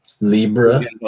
Libra